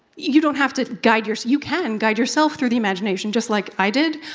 you don't have to guide you you can guide yourself through the imagination, just like i did.